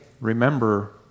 remember